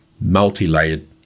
multi-layered